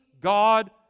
God